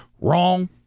wrong